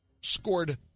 scored